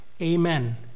Amen